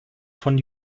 von